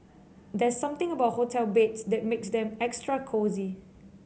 there's something about hotel beds that makes them extra cosy